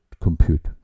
compute